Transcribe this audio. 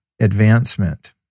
advancement